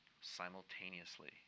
simultaneously